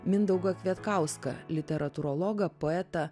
mindaugą kvietkauską literatūrologą poetą